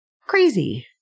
Crazy